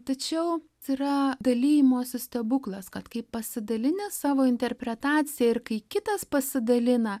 tačiau yra dalijimosi stebuklas kad kai pasidalini savo interpretacija ir kai kitas pasidalina